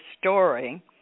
story